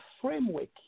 framework